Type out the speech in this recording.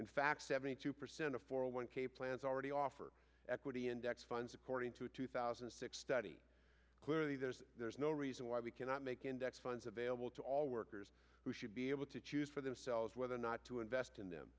in fact seventy two percent of four hundred one k plans already offer equity index funds according to a two thousand and six study clearly there's there's no reason why we cannot make index funds available to all workers who should be able to choose for themselves whether or not to invest in them